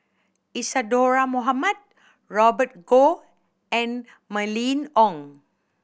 Isadhora Mohamed Robert Goh and Mylene Ong